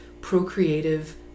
procreative